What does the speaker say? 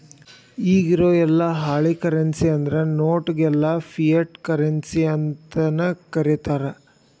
ಇಗಿರೊ ಯೆಲ್ಲಾ ಹಾಳಿ ಕರೆನ್ಸಿ ಅಂದ್ರ ನೋಟ್ ಗೆಲ್ಲಾ ಫಿಯಟ್ ಕರೆನ್ಸಿ ಅಂತನ ಕರೇತಾರ